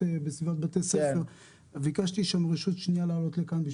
בסביבות בית הספר וביקשתי שם רשות שנייה לעלות לכאן,